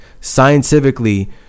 Scientifically